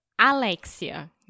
Alexia